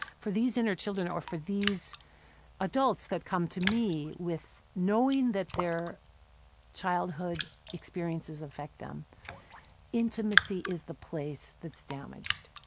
for these inner children or for these adults that come to me knowing that their childhood experiences affect them intimacy is the place that's damaged.